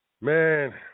Man